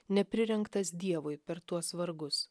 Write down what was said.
neprirengtas dievui per tuos vargus